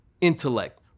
intellect